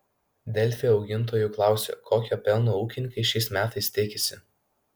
delfi augintojų klausia kokio pelno ūkininkai šiais metais tikisi